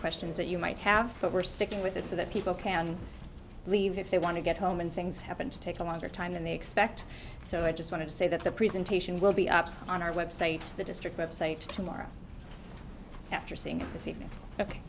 questions that you might have but we're sticking with it so that people can leave if they want to get home and things happen to take a longer time than they expect so i just want to say that the presentation will be up on our website the district website tomorrow